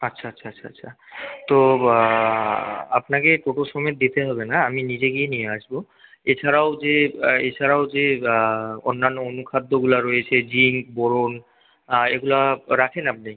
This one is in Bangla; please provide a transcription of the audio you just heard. আচ্ছা আচ্ছা আচ্ছা আচ্ছা তো আপনাকে টোটো সমেত দিতে হবে না আমি নিজে গিয়ে নিয়ে আসবো এছাড়াও যে এছাড়াও যে অন্যান্য অনুখাদ্যগুলো রয়েছে জিঙ্ক বোরন এগুলো রাখেন আপনি